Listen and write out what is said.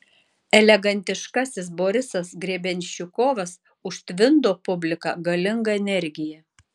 elegantiškasis borisas grebenščikovas užtvindo publiką galinga energija